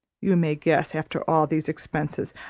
you may guess, after all these expenses,